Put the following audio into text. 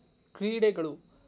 ಕ್ರೀಡೆಗಳು